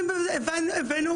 אבל עכשיו לבן אדם יש צרה,